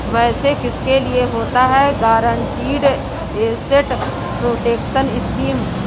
वैसे किसके लिए होता है गारंटीड एसेट प्रोटेक्शन स्कीम?